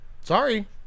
Sorry